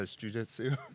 jujitsu